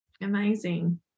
Amazing